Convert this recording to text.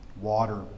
water